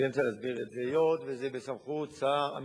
היות שזה בסמכות שר המשפטים,